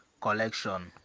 collection